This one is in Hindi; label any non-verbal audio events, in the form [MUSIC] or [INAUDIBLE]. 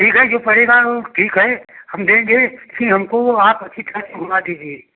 ठीक है जो पड़ेगा वह ठीक है हम देंगे लेकिन हमको वहाँ [UNINTELLIGIBLE] घुमा दीजिए